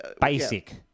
Basic